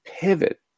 pivot